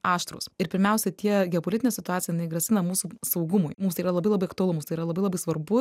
aštrūs ir pirmiausia tie geopolitinė situacija jinai grasina mūsų saugumui mums yra labai labai aktualu mums tai yra labai labai svarbu